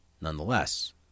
Nonetheless